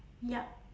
yup